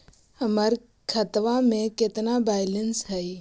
हमर खतबा में केतना बैलेंस हई?